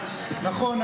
נכון,